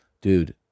dude